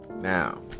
Now